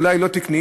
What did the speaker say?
אולי לא תקניים?